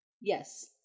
Yes